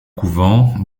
couvent